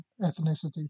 ethnicity